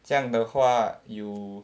这样的话 you